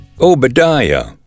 Obadiah